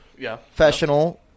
professional